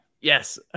Yes